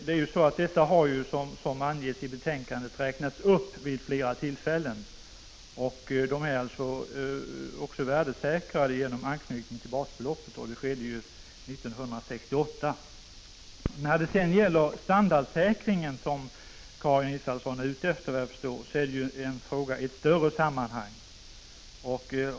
Dessa har, som anges i betänkandet, räknats upp vid flera tillfällen. De är också värdesäkrade genom anknytning till basbeloppet. Detta skedde 1968. När det sedan gäller standardsäkringen, som Karin Israelsson såvitt jag förstår var ute efter, så är det en fråga i ett större sammanhang.